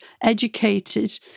educated